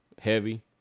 Heavy